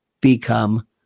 become